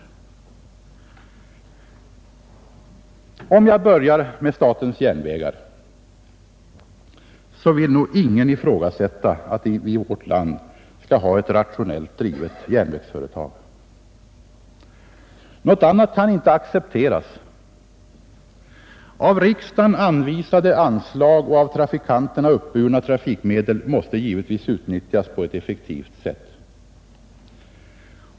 Låt mig börja med statens järnvägar. Ingen vill väl ifrågasätta att vi i vårt land skall ha ett rationellt drivet järnvägsföretag. Något annat kan inte accepteras. Av riksdagen anvisade anslag och av trafikanterna uppburna trafikmedel måste givetvis utnyttjas på ett effektivt sätt.